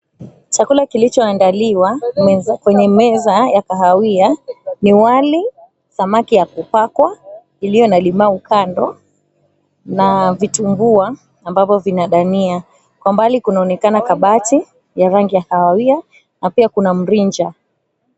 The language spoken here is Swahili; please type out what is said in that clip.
Chakula kilichoandaliwa kwenye meza ya kahawia ni wali, samaki ya kupakwa iliyo na limau kando na vitunbua ambavyo vinadania. Kwa mbali kunaonekana kabati ya rangi ya kahawia na pia kuna mrinja.